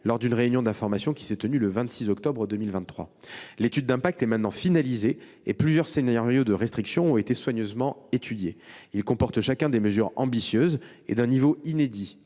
lors d’une réunion d’information qui s’est tenue le 26 octobre 2023. L’étude d’impact est maintenant finalisée, et plusieurs scénarios de restriction ont été soigneusement étudiés. Ils comportent chacun des mesures ambitieuses, d’un niveau inédit